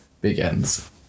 begins